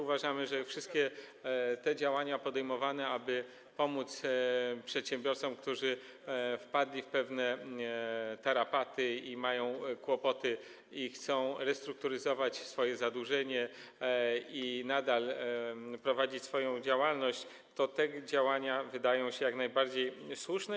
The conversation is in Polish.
Uważamy, że wszystkie te działania są podejmowane po to, aby pomóc przedsiębiorcom, którzy wpadli w pewne tarapaty, mają kłopoty, a chcą restrukturyzować swoje zadłużenie i nadal prowadzić swoją działalność, i te działania wydają się jak najbardziej słuszne.